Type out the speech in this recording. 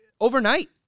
overnight